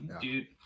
Dude